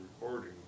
recording